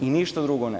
Ništa drugo ne